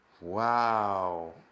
Wow